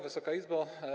Wysoka Izbo!